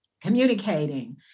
communicating